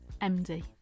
MD